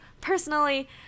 personally